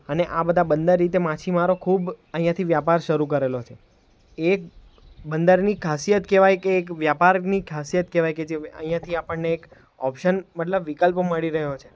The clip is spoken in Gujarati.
અને આ બધા બંદર રીતે માછીમારો ખૂબ અહીંયાંથી વ્યાપાર શરૂ કરેલો છે એ બંદરની ખાસિયત કહેવાય કે એક વ્યાપારની ખાસિયત કેવાય કે જે અહીંયાંથી આપણને એક ઓપ્સન મતલબ વિકલ્પ મળી રહ્યો છે